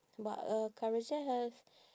but uh Carousel have